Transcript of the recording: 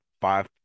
five